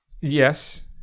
Yes